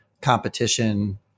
competition